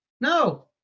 No